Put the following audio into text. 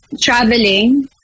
traveling